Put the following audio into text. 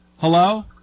Hello